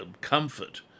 comfort